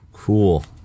cool